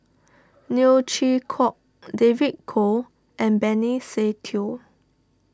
Neo Chwee Kok David Kwo and Benny Se Teo